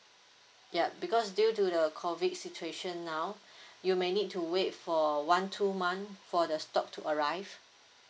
yup because due to the COVID situation now you may need to wait for one two month for the stock to arrive